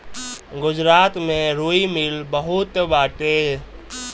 गुजरात में रुई मिल बहुते बाटे